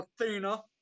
Athena